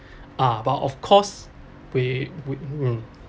ah but of course we would mm